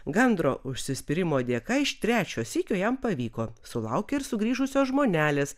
gandro užsispyrimo dėka iš trečio sykio jam pavyko sulaukė ir sugrįžusios žmonelės